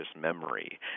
memory